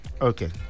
okay